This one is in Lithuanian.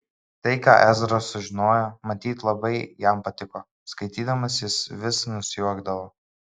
tai ką ezra sužinojo matyt labai jam patiko skaitydamas jis vis nusijuokdavo